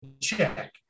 check